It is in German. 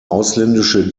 ausländische